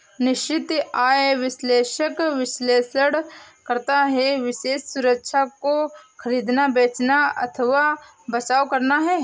निश्चित आय विश्लेषक विश्लेषण करता है विशेष सुरक्षा को खरीदना, बेचना अथवा बचाव करना है